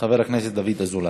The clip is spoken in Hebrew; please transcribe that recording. חבר הכנסת דוד אזולאי.